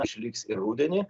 išliks ir rudenį